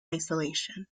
isolation